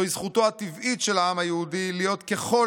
"זוהי זכותו הטבעית של העם היהודי להיות ככל